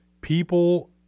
People